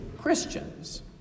Christians